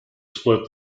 split